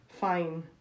fine